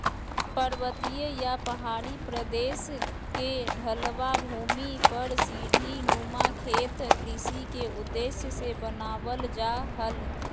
पर्वतीय या पहाड़ी प्रदेश के ढलवां भूमि पर सीढ़ी नुमा खेत कृषि के उद्देश्य से बनावल जा हल